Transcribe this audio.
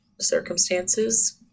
circumstances